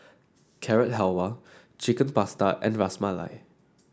Carrot Halwa Chicken Pasta and Ras Malai